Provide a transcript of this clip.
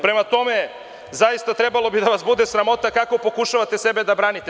Prema tome, zaista bi trebalo da vas bude sramota kako pokušavate sebe da branite.